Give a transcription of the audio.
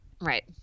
Right